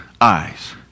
eyes